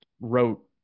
wrote